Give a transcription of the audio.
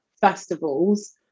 festivals